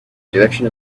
direction